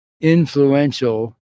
influential